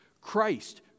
Christ